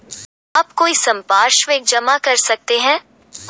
क्या आप कोई संपार्श्विक जमा कर सकते हैं?